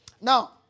Now